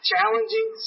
challenging